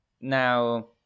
now